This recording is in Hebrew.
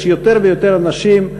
כבר יש יותר ויותר אנשים,